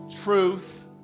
truth